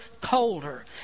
colder